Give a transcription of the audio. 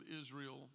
Israel